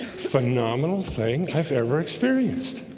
phenomenal thing i've ever experienced